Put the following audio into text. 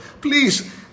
please